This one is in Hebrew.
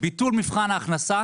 ביטול מבחן ההכנסה